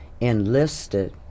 enlisted